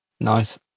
Nice